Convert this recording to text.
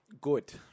Good